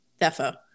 Defo